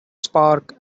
spark